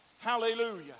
Hallelujah